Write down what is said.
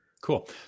Cool